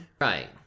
Right